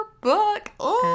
book